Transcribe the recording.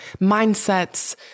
mindsets